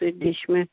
sweet dish میں